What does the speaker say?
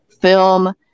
film